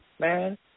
man